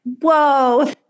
whoa